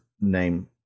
name